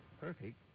perfect